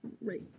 right